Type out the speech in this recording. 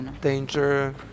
Danger